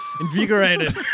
Invigorated